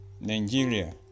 nigeria